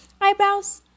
eyebrows